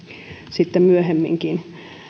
sitten myöhemminkin